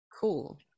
cool